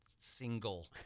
single